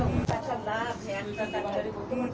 সিনিয়ারদের সুদ কত?